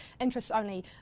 interest-only